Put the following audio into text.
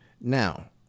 Now